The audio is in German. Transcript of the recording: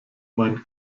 mein